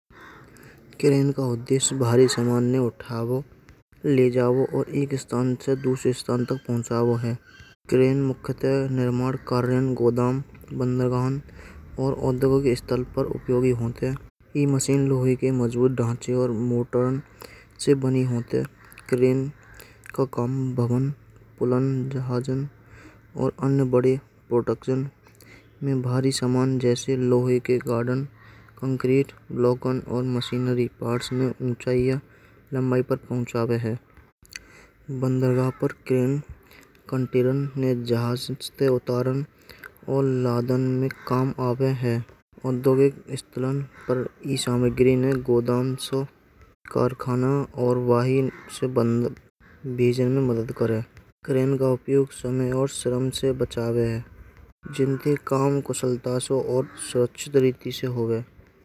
क्रेन का उद्देश्य भारी सामान्य उठावो ले जाओ और एक स्थान से दूसरे स्थान तक पहुँचावो वह है। ट्रेन मुख्यतः निर्माण कार्य गोदाम और औद्योगिक स्थल पर उपयोगी होते हैं कि मशीन लोहे के मजबूत ढांचे और मोटर से बनी होते हैं। क्रेन का काम भवन बुलंद जहाज और अन्य बड़े प्रोडक्शन में भारी सामान जैसे लोहे के गार्डन, कंक्रीट ब्लॉक और मशीनरी पार्ट्स चाहिए लंबाई पर पहुँचावे है। बंदरगाह पर क्रेन कैन्टरन में जहाँ सोचते उदाहरण और लदान में काम आवे है। सुधांशु कारखाना और वहीं से बंद कारन क्रेन का उपयोग समय और श्रम से बचाव है। जिनका काम स्वच्छता और सरल तरीके से होवे।